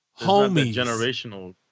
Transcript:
homies